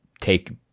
take –